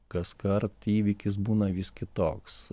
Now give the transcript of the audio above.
kaskart įvykis būna vis kitoks